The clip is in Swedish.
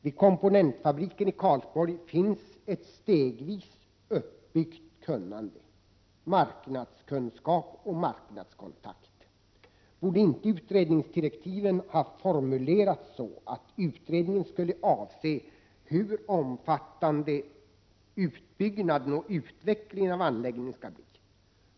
Vid komponentfabriken i Karlsborg finns ett stegvis uppbyggt kunnande, marknadskunskap och marknadskontakt. Borde inte utredningsdirektiven ha formulerats så, att utredningen skulle avse hur omfattande utbyggnaden och utvecklingen av anläggningen skall bli?